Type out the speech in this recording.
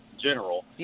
General